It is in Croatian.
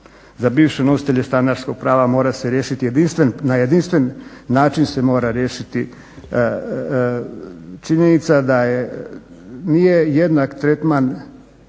Za bivše nositelje stanarskog prava mora se riješiti na jedinstven način. Činjenica je da nije jednak tretman